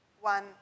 one